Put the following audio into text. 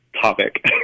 topic